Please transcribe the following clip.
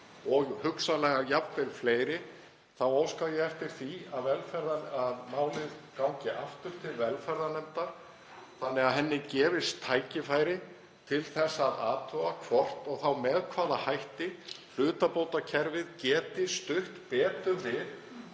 og hugsanlega jafnvel fleirum, þá óska ég eftir því að málið gangi aftur til velferðarnefndar þannig að henni gefist tækifæri til þess að athuga hvort og þá með hvaða hætti hlutabótakerfið geti stutt betur við